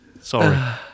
Sorry